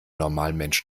normalmensch